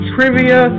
Trivia